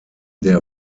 der